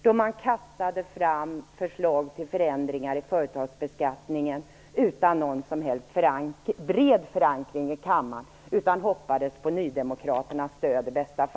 Då kastade man fram förslag till förändringar i företagsbeskattningen utan att ha någon bred förankring i kammaren. Man kunde i bästa fall hoppas på nydemokraternas stöd.